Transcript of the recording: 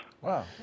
Wow